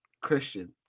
Christian